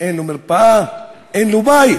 אין לו מרפאה, אין לו בית,